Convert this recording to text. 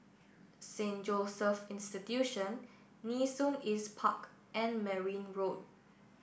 Saint Joseph Institution Nee Soon East Park and Merryn Road